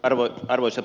arvoisa puhemies